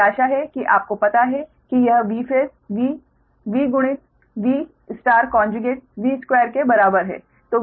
मुझे आशा है कि आपको पता है कि यह Vphase V V गुणित V कोंजुगेट V2 के बराबर है